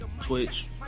Twitch